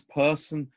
person